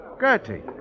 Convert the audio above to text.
Gertie